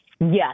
Yes